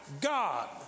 God